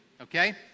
Okay